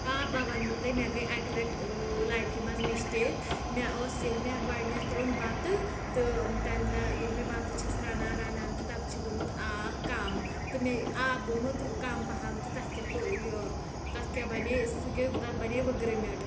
آ بہَ وَنہو تۄہہِ مےٚ گٔے اَکہِ لَٹہِ لایفہِ مَنٛز مِسٹیک مےٚ ٲسۍ ییٚلہِ مےٚ گۄڈٕنیٚتھ روٚن بَتہٕ تہٕ تمہِ دۄہ ییٚلہِ مےٚ بَتہٕ چھَس رَنان رَنان تہٕ تَتھ چھُ گوٚمُت آب کَم تہٕ مےٚ آب گوٚمُت کم پَہَم تہٕ تَتھ کیاہ کھوٚ یہِ تَتھ کیاہ بَنے سُہ گٔے تَتھ بَنے وٕگرٕ میٚٹۍ